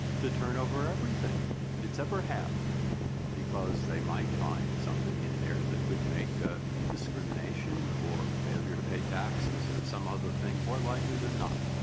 to turn over everything that it's ever had because they might find something in there that would make a discrimination or failure to pay taxes or some other thing more likely than not.